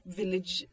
village